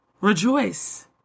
rejoice